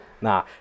nah